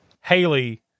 Haley